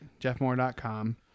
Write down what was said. jeffmoore.com